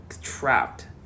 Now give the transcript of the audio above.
trapped